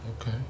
Okay